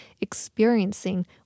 experiencing